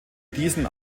diesen